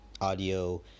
audio